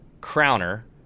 Crowner